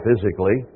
physically